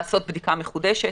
לעשות בדיקה מחודשת.